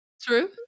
True